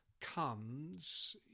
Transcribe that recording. comes